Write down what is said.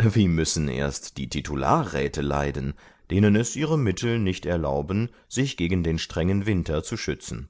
wie müssen erst die titularräte leiden denen es ihre mittel nicht erlauben sich gegen den strengen winter zu schützen